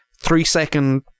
three-second